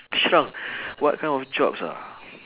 shrunk what kind of jobs ah